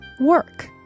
work